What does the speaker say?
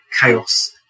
chaos